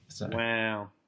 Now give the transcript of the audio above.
Wow